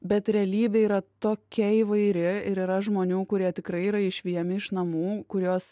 bet realybė yra tokia įvairi ir yra žmonių kurie tikrai yra išvejami iš namų kuriuos